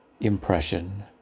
impression